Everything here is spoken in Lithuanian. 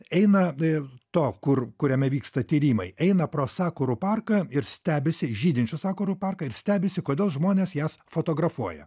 eina ir to kur kuriame vyksta tyrimai eina pro sakurų parką ir stebisi žydinčių sakurų parką ir stebisi kodėl žmonės jas fotografuoja